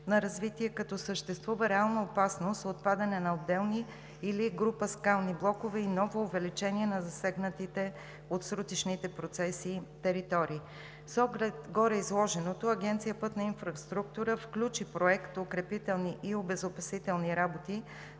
на развитие, като съществува реална опасност от падане на отделни или група скални блокове и ново увеличение на засегнатите територии от срутищните процеси. С оглед гореизложеното Агенция „Пътна инфраструктура“ включи проект „Укрепителни и обезопасителни работи